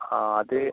ആ അത്